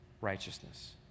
righteousness